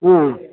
ಹ್ಞೂ